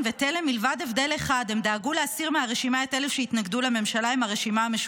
התשפ"ד 2024, שהגישה הממשלה.